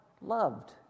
loved